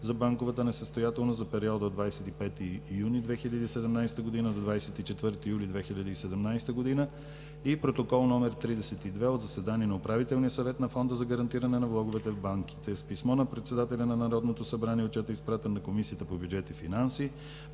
за банковата несъстоятелност за периода 25 юни 2017 г. – 24 юли 2017 г. и Протокол № 32 от заседание на Управителния съвет на Фонда за гарантиране на влоговете в банките. С писмо на председателя на Народното събрание Отчетът е изпратен на Комисията по бюджет и финанси.